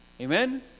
Amen